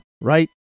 Right